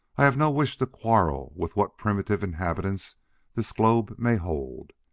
i have no wish to quarrel with what primitive inhabitants this globe may hold.